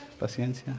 paciencia